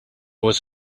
was